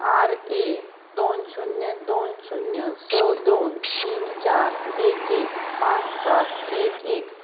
R A दोन शुन्य दोन शुन्य स दोन तीन चार एक एक पांच सात एक एक